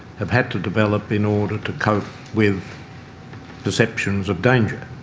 have had to develop in order to cope with perceptions of danger?